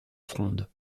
fronde